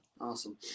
Awesome